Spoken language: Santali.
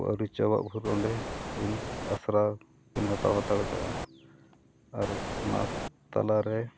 ᱠᱚ ᱟᱹᱣᱨᱤ ᱪᱟᱵᱟᱜ ᱵᱷᱳᱨ ᱚᱸᱰᱮ ᱩᱱ ᱟᱥᱲᱟ ᱠᱤᱱ ᱦᱟᱛᱟᱣ ᱦᱟᱛᱟᱲ ᱠᱟᱜᱼᱟ ᱟᱨ ᱚᱱᱟ ᱛᱟᱞᱟᱨᱮ